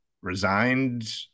resigned